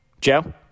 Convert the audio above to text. Joe